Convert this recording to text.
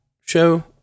show